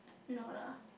no lah